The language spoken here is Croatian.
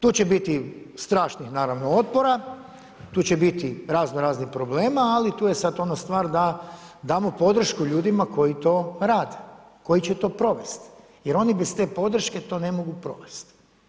Tu će biti strašnih naravno otpora, tu će biti raznoraznih problema, ali tu je sada ona stvar da damo podršku ljudima koji to rade, koji će to provesti jer oni bez te podrške to ne mogu provesti.